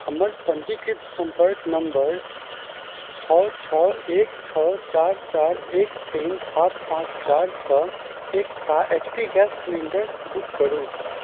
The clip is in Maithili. हमर पञ्जीकृत सम्पर्क नम्बर छओ छओ एक छओ चारि चारि एक तीन सात पाँच चार सँ एकटा H P gas cylinder book करू